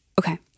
Okay